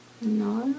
No